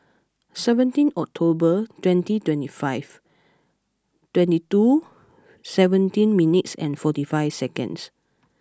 seventeen October twenty twenty five twenty two seventeen minutes and forty five seconds